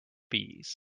bees